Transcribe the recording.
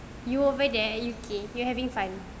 you over there U_K you having fun